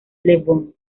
lebón